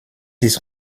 ist